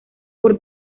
por